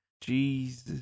Jesus